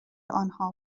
آنها